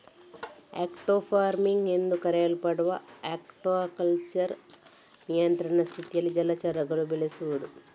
aqua farming ಎಂದೂ ಕರೆಯಲ್ಪಡುವ aquaculture ನಿಯಂತ್ರಿತ ಸ್ಥಿತಿಗಳಲ್ಲಿ ಜಲಚರಗಳನ್ನು ಬೆಳೆಸುದು